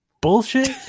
bullshit